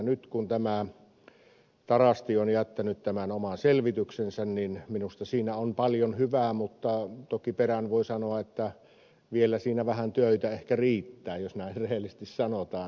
nyt kun tarasti on jättänyt oman selvityksensä niin minusta siinä on paljon hyvää mutta toki perään voi sanoa että vielä siinä vähän töitä ehkä riittää jos rehellisesti sanotaan